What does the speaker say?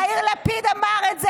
יאיר לפיד אמר את זה,